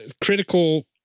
Critical